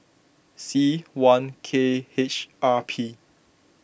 C one K H R P